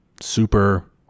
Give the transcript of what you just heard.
super